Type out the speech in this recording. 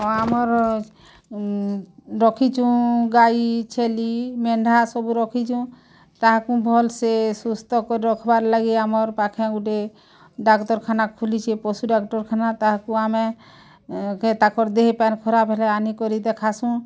ହଁ ଆମର୍ ରଖିଛୁଁ ଗାଈ ଛେଲି ମେଣ୍ଢା ସବୁ ରଖିଛୁଁ ତାହାକୁ ଭଲ୍ ସେ ସୁସ୍ଥ କରି ରଖ୍ବାର୍ କେ ପାଖେ ଗୁଟେ ଡାକ୍ତରଖାନା ଖୋଲିଛି ପଶୁ ଡାକ୍ତରଖାନା ତାହାକୁ ଆମେ ତାଙ୍କର୍ ଦିହାପାନ୍ ଖରାପ୍ ହେଲେ ଆନିକରି ଦେଖାସୁଁ